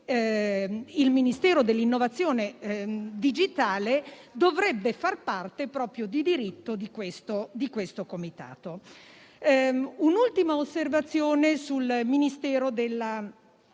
il Ministero per l'innovazione digitale dovrebbe far parte di diritto di questo comitato. Un'ultima osservazione sul Ministero della